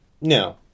No